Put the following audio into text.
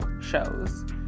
shows